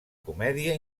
comèdia